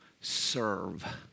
serve